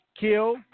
kill